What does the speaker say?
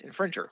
infringer